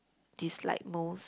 dislike most